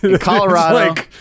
Colorado